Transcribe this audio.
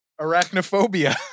arachnophobia